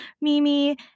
Mimi